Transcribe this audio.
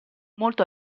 molto